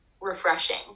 refreshing